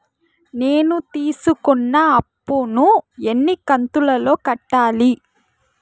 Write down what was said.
నేను తీసుకున్న అప్పు ను ఎన్ని కంతులలో కట్టాలి?